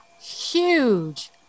huge